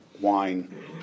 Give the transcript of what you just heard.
wine